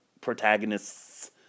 protagonist's